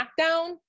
SmackDown